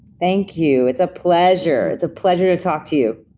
thank you. it's a pleasure, it's a pleasure to talk to you.